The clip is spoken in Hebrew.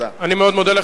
אני מאוד מודה לך, אדוני.